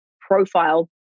profile